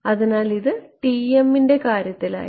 അതിനാൽ ഇത് TM ന്റെ കാര്യത്തിലായിരുന്നു